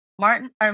Martin